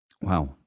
wow